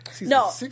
No